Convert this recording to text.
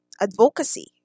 advocacy